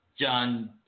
John